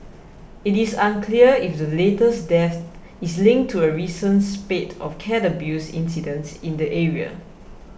it is unclear if the latest death is linked to a recent spate of cat abuse incidents in the area